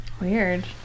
Weird